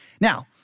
Now